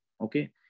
Okay